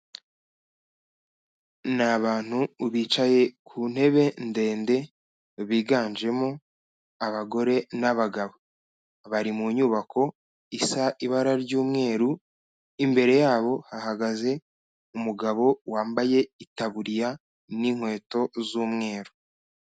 Ni abantu bicaye ku ntebe ndende biganjemo abagore n'abagabo, bari mu nyubako isa ibara ry'umweru, imbere yabo hahagaze umugabo wambaye itaburiya n'inkweto z'umweru.